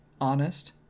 honest